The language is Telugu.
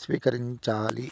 స్వీకరించాలి